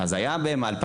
אז היה מ-2002,